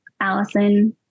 Allison